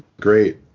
great